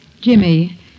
Jimmy